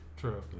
True